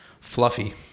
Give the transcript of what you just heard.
fluffy